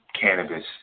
cannabis